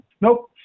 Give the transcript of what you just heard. Nope